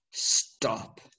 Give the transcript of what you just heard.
Stop